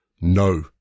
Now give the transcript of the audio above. No